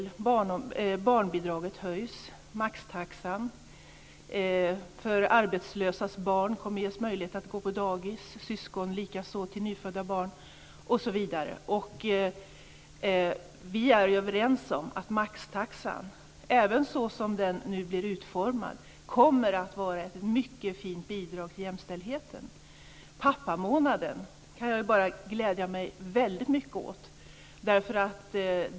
Barnbidraget höjs. Sedan har vi maxtaxan. Arbetslösas barn kommer att ges möjlighet att gå på dagis, likaså syskon till nyfödda barn osv. Vi är överens om att maxtaxan, även så som den nu blir utformad, kommer att vara ett mycket fint bidrag till jämställdheten. Pappamånaden kan jag bara glädja mig väldigt mycket åt.